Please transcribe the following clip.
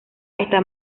está